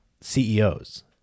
ceos